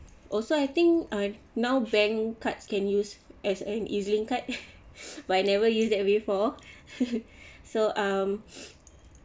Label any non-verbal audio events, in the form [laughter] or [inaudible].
also I think uh now bank cards can use as an ezlink card [laughs] [breath] but I never use that before [laughs] so um [breath]